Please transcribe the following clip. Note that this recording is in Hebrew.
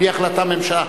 בלי החלטת הממשלה.